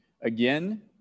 Again